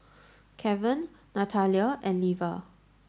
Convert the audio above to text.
Kevan Nathalia and Leva